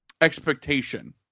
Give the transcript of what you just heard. expectation